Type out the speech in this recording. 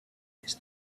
these